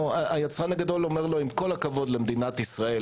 היצרן הגדול אומר לו: עם כל הכבוד למדינת ישראל,